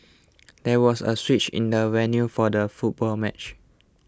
there was a switch in the venue for the football match